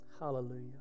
Hallelujah